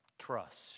Trust